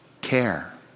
care